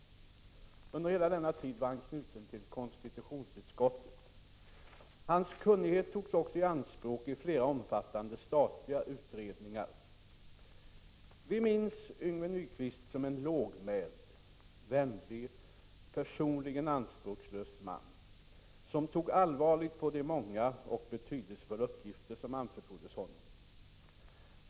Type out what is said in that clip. Under hela denna tid var han knuten till konstitutionsutskottet. Hans kunnighet togs också i anspråk i flera omfattande statliga utredningar. Vi minns Yngve Nyquist som en lågmäld, vänlig och personligen anspråkslös man som tog allvarligt på de många och betydelsefulla uppgifter som anförtroddes honom.